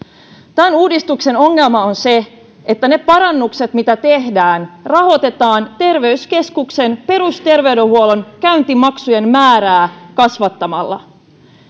tämän uudistuksen ongelma on se että parannukset mitä tehdään rahoitetaan terveyskeskuksen perusterveydenhuollon käyntimaksujen määrää kasvattamalla